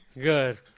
Good